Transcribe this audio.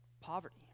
poverty